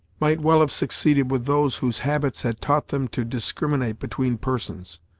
might well have succeeded with those whose habits had taught them to discriminate between persons.